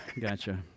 gotcha